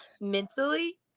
mentally